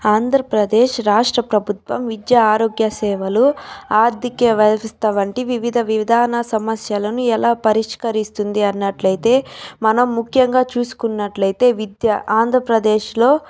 ఆంధ్రప్రదేశ్ రాష్ట్ర ప్రభుత్వం విద్య ఆరోగ్య సేవలు ఆర్ధిక వ్యవస్థ వంటి వివిధ విధాన సమస్యలను ఎలా పరిష్కరిస్తుంది అన్నట్లయితే మనం ముఖ్యంగా చూసుకున్నట్లైతే విద్య ఆంధ్రప్రదేశ్లో